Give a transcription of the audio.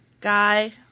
Guy